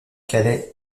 calais